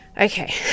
Okay